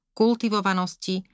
kultivovanosti